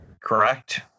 Correct